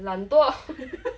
懒惰